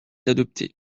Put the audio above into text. adopté